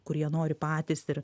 kur jie nori patys ir